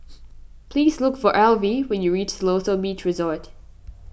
please look for Alvie when you reach Siloso Beach Resort